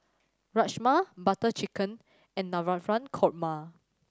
Rajma Butter Chicken and Navratan Korma